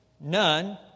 none